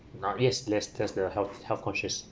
ah yeah less less that's the health health conscious